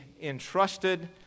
entrusted